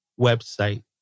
website